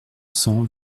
cents